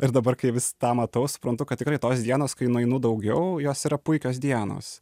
ir dabar kai vis tą matau suprantu kad tikrai tos dienos kai nueinu daugiau jos yra puikios dienos